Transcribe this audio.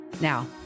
Now